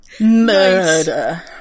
Murder